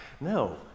No